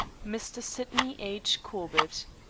mr. sydney h. corbett